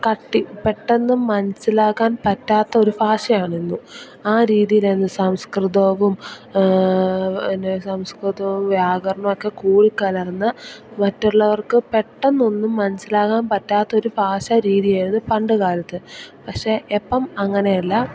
കട്ടി പെട്ടന്ന് മനസ്സിലാക്കാൻ പറ്റാത്ത ഒരു ഭാഷയാണെന്നും ആ രീതിയിലന്ന് സംസ്കൃതവും സംസ്കൃതവും വ്യാകരണവുമൊക്കെ കൂടിക്കലർന്ന് മറ്റുള്ളവർക്ക് പെട്ടെന്നൊന്നും മനസ്സിലാകാൻ പറ്റാത്തൊരു ഭാഷ രീതിയായിരുന്നു പണ്ടുകാലത്ത് പക്ഷെ ഇപ്പം അങ്ങനെയല്ല